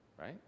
right